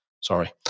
Sorry